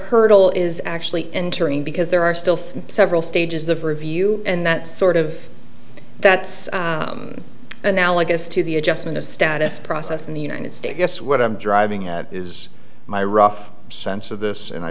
hurdle is actually entering because there are still some several stages of review and that sort of that's analogous to the adjustment of status process in the united states guess what i'm driving at is my rough sense of this and i